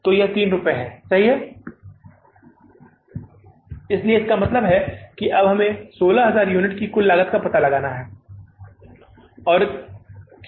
तो यह 3 रुपये सही है इसलिए इसका मतलब है अब हमें इस 16000 यूनिट की कुल लागत का पता लगाना है